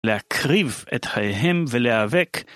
להקריב את חייהם ולהיאבק.